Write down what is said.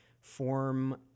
form